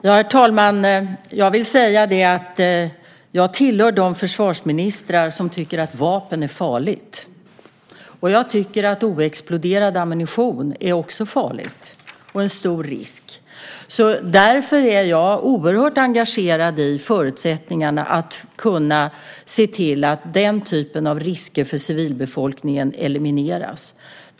Herr talman! Jag vill säga att jag tillhör de försvarsministrar som tycker att vapen är farliga, och jag tycker att oexploderad ammunition är farlig och en stor risk. Därför är jag oerhört engagerad i förutsättningarna för att kunna se till att den typen av risker för civilbefolkningen elimineras.